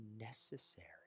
necessary